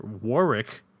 Warwick